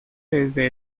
desde